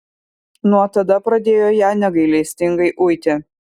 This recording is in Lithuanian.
nuo tada pradėjo ją negailestingai uiti